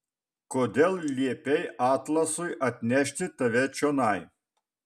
kodėl liepei atlasui atnešti tave čionai